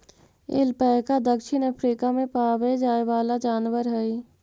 alpaca दक्षिण Africa में पावे जाए वाला जनावर हई